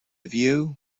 view